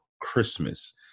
Christmas